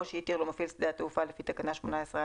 או שהתיר לו מפעיל שדה התעופה לפי תקנה 18(א2),